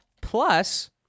plus